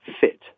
fit